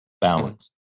balance